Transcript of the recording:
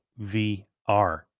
VR